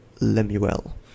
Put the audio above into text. Lemuel